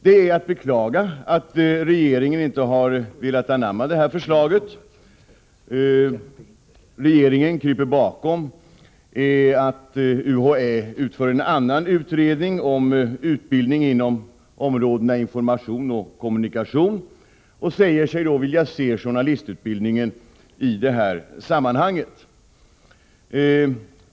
Det är att beklaga att regeringen inte har velat anamma detta förslag. Regeringen kryper bakom förhållandet att UHÄ genomför en annan utredning, som rör utbildningen inom områdena information och kommunikation, och säger sig vilja se journalistutbildningen i det sammanhanget.